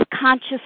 conscious